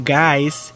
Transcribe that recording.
guys